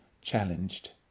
challenged